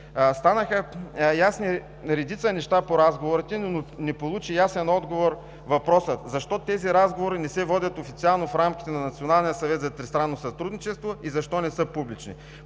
Станаха ясни редица неща по разговорите, но не получи ясен отговор въпросът: защо тези разговори не се водят официално в рамките на Националния